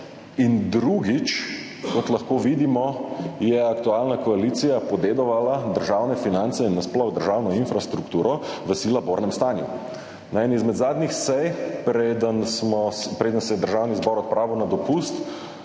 in drugič, kot lahko vidimo, je aktualna koalicija podedovala državne finance in nasploh državno infrastrukturo v sila bornem stanju. Na eni izmed zadnjih sej, preden se je Državni zbor odpravil na dopust,